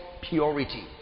purity